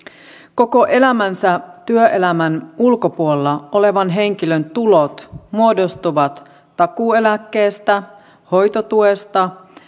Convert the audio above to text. koko elämänsä työelämän ulkopuolella olevan henkilön tulot muodostuvat takuueläkkeestä hoitotuesta